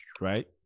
right